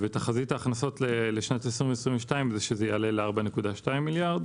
תחזית ההכנסות ל-2022 היא שזה יעלה ל-4.2 מיליארד.